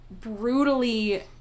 brutally